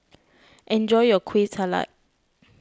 enjoy your Kueh Salat